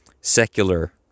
secular